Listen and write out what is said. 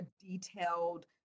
detailed